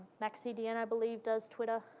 mac cdn, i believe, does twitter.